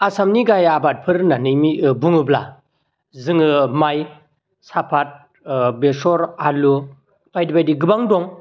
आसामनि गाहाइ आबादफोर होननानै बुङोब्ला जोङो माइ साफाद ओ बेसर आलु बायदि बायदि गोबां दं